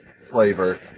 flavor